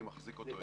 אני מחזיק אותו.